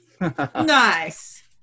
Nice